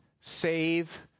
save